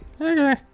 Okay